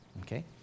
Okay